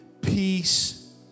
peace